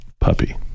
puppy